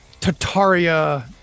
Tataria